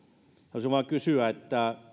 halusin vain kysyä